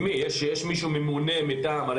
יש ממונה מטעמם?